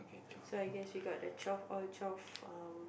so I guess we got the twelve all twelve um